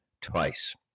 twice